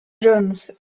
jones